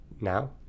now